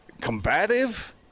combative